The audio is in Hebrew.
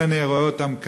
הנה אני רואה אותם כאן,